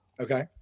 Okay